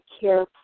Care